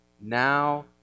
now